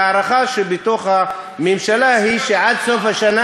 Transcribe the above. וההערכה בתוך הממשלה היא שעד סוף השנה,